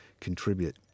contribute